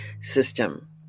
system